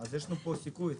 יש לנו פה סיכוי.